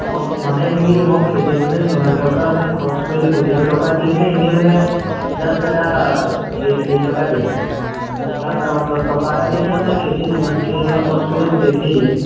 অঁ মানে হেৰি মানে মই খেতিত মানে যিমান টকা খৰচ কৰিলোঁ গোটেইটো টকা দিয়েনে এনেই মানে জাষ্ট এটা হেৰিত হেৰি টকা দিয়ে মানে মুটা টকা এটা দিয়েনে মানে খেতিত যিমানখিনি টকা খৰচ কৰিলোঁ গোটেইখিনি দিয়ে